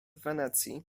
wenecji